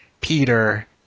Peter